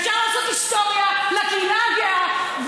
ואפשר לעשות היסטוריה לקהילה הגאה,